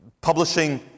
publishing